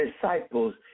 Disciples